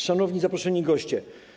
Szanowni Zaproszeni Goście!